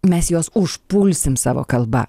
mes juos užpulsim savo kalba